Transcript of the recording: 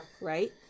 right